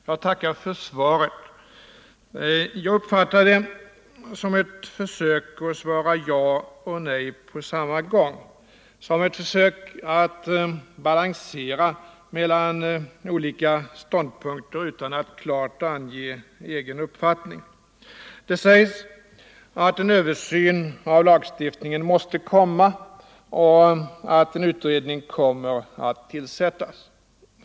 Jag tackar för svaret, som jag uppfattar som ett försök att svara ja och nej på samma gång, som ett försök att balansera mellan olika ståndpunkter utan att klart ange egen uppfattning. Det sägs att en översyn av lagstiftningen måste komma och att en utredning skall tillsättas.